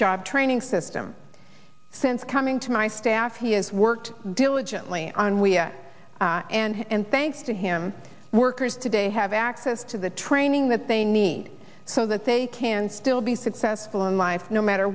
job training system since coming to my staff he has worked diligently and we and thanks to him workers today have access to the training that they need so that they can still be successful in life no matter